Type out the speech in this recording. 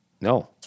No